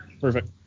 Perfect